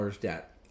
debt